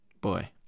Boy